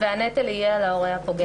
והנטל יהיה על ההורה הפוגע.